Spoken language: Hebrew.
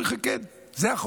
אומרים לי: כן, זה החוק.